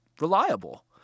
reliable